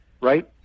right